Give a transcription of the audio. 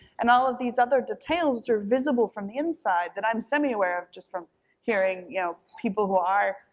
and all of these other details are visible from the inside, that i'm semi-aware of just from hearing you know people who are,